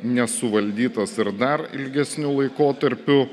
nesuvaldytas ir dar ilgesniu laikotarpiu